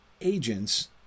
agents